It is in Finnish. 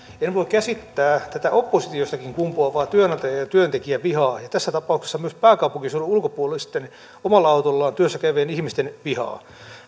en voi käsittää tätä oppositiostakin kumpuavaa työnantaja ja työntekijävihaa ja tässä tapauksessa myös pääkaupunkiseudun ulkopuolisten omalla autollaan työssä käyvien ihmisten vihaa